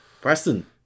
Preston